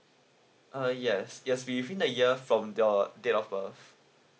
uh yes yes within a year from the date of uh